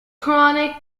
chronic